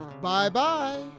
Bye-bye